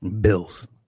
Bills